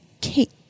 Kate